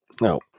No